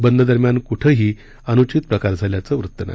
बंददरम्यान कुठंही अनुचित घटना झाल्याचं वृत्त नाही